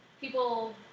people